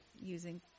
using